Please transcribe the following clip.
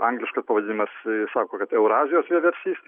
angliškas pavadinimas sako kad eurazijos vieversys